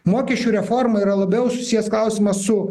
mokesčių reforma yra labiau susijęs klausimas su